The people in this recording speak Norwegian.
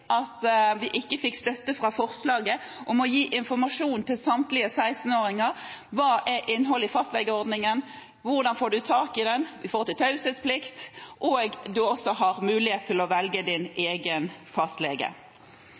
at vi ikke fikk støtte for forslaget om å gi informasjon til samtlige 16-åringer om hva innholdet i fastlegeordningen er, hvordan en får tak den, taushetsplikt og at en også har mulighet til å velge sin egen fastlege.